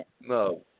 No